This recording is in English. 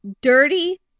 Dirty